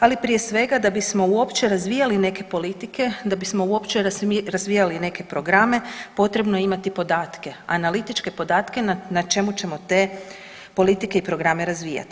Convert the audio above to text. Ali prije svega da bismo uopće razvijali neke politike, da bismo uopće razvijali neke programe potrebno je imati podatke, analitičke podatke na čemu ćemo te politike i programe razvijati.